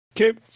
Okay